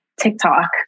TikTok